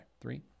three